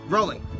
Rolling